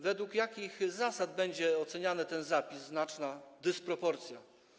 Według jakich zasad będzie oceniany zapis: znaczna dysproporcja?